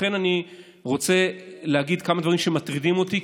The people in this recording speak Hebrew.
לכן אני רוצה להגיד כמה דברים שמטרידים אותי,